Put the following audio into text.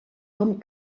com